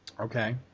Okay